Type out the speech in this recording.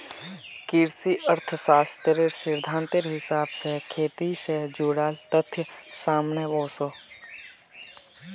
कृषि अर्थ्शाश्त्रेर सिद्धांतेर हिसाब से खेटी से जुडाल तथ्य सामने वोसो